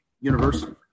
University